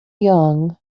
young